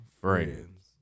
friends